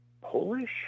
Polish